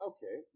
Okay